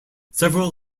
several